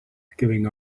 giving